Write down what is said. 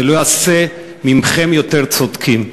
זה לא יעשה מכם יותר צודקים,